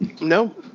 no